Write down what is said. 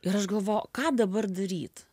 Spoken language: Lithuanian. ir aš galvoju ką dabar daryt